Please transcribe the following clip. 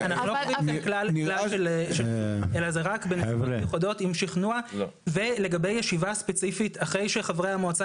זה רק בנסיבות מיוחדות עם שכנוע ולגבי ישיבה ספציפית אחרי שחברי המועצה